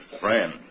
friend